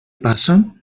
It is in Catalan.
passa